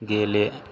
गेले